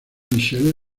michelle